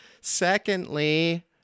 secondly